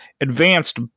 advanced